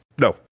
no